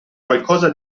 qualcosa